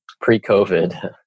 Pre-COVID